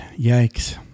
Yikes